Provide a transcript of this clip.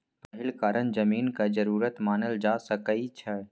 पहिल कारण जमीनक जरूरत मानल जा सकइ छै